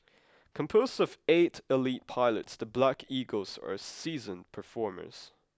composed of eight elite pilots the Black Eagles are seasoned performers